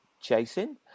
chasing